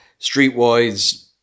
streetwise